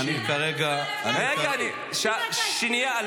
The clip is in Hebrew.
--- תלוי אם אתה אשכנזי או ספרדי.